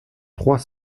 trois